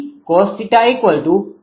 8 છે